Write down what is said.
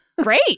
Great